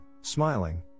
smiling